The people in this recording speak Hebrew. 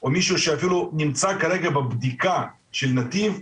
או מישהו שאפילו נמצא כרגע בבדיקה של נתיב,